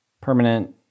permanent